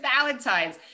Valentine's